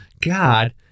God